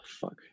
fuck